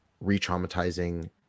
re-traumatizing